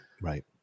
Right